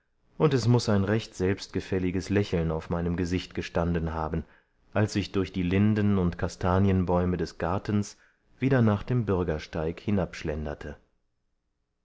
und es muß ein recht selbstgefälliges lächeln auf meinem gesicht gestanden haben als ich durch die linden und kastanienbäume des gartens wieder nach dem bürgersteig